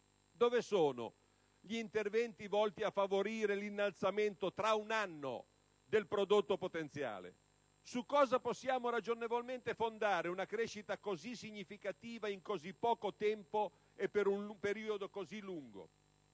Dove sono gli interventi volti a favorire l'innalzamento tra un anno del prodotto potenziale? Su cosa possiamo ragionevolmente fondare una crescita così significativa in così poco tempo e per un periodo così lungo?